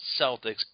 Celtics